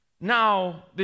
now